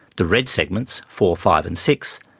the red segments four, five and six,